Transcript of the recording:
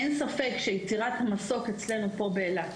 אין ספק שיצירת מסוק אצלנו פה באילת,